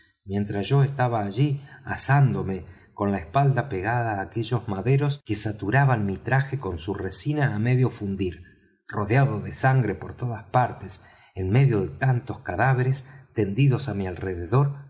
mientras yo estaba allí asándome con la espalda pegada á aquellos maderos que saturaban mi traje con su resina á medio fundir rodeado de sangre por todas partes en medio de tantos cadáveres tendidos á mi alrededor